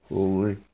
Holy